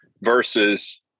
versus